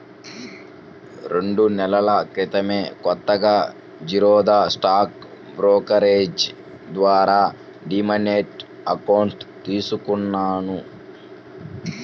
రెండు నెలల క్రితమే కొత్తగా జిరోదా స్టాక్ బ్రోకరేజీ ద్వారా డీమ్యాట్ అకౌంట్ తీసుకున్నాను